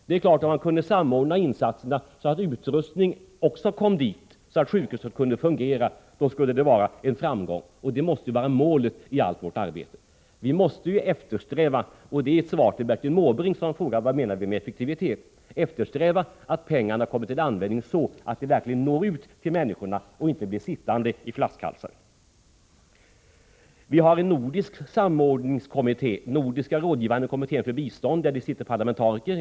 Det är klart att om insatserna kunde samordnas så att utrustning också kom dit, så att sjukhuset kunde fungera, skulle det vara en framgång. Det måste vara målet i allt vårt arbete. Vi måste eftersträva — och det är ett svar till Bertil Måbrink, som frågade vad vi menade med effektivitet — att pengarna kommer till användning på ett sådant sätt att de verkligen når ut till människorna och inte blir sittande i flaskhalsen. Vi har en nordisk samordningskommitté, Nordiska rådgivande kommittén för bistånd, med parlamentariker.